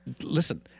listen